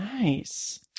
Nice